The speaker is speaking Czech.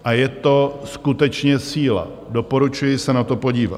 A je to skutečně síla, doporučuji se na to podívat.